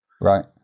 Right